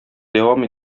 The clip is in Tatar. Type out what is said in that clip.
дәвам